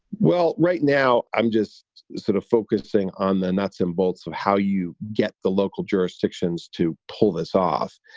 well, right now, i'm just sort of focusing on the nuts and bolts of how you get the local jurisdictions to pull this off.